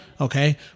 Okay